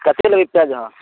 कतेक लेबै प्याज अहाँ